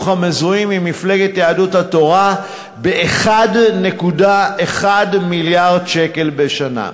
המזוהים עם מפלגת יהדות התורה ב-1.1 מיליארד שקל בשנה.